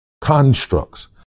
constructs